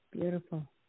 beautiful